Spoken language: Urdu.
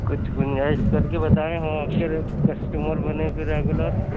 کچھ گُنجائس کر کے بتائیں ہم آپ کے کسٹمر بنیں پھر ریگولر